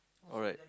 alright